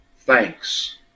Thanks